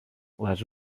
les